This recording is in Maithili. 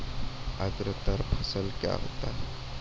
अग्रतर फसल क्या हैं?